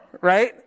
right